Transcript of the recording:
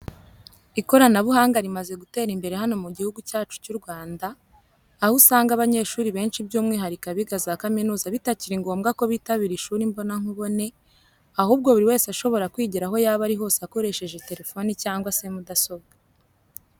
Ikoranabuhanga rimaze gutera imbere hano mu gihugu cyacu cy'u Rwanda, aho usanga abanyeshuri benshi by'umwihariko abiga za kaminuza bitakiri ngombwa ko bitabira ishuri imbona nkubone, ahubwo buri wese ashobora kwigira aho yaba ari hose akoresheje telefone cyangwa se mudasobwa.